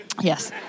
Yes